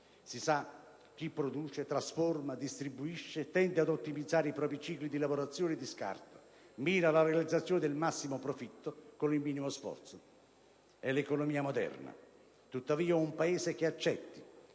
Si sa, chi produce, trasforma e distribuisce tende ad ottimizzare i propri cicli di lavorazione e di scarto e mira alla realizzazione del massimo profitto con il minimo sforzo. È l'economia moderna. Tuttavia, un Paese che -